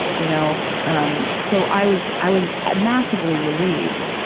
you know? um so i was, i was massively relieved.